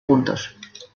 puntos